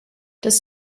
does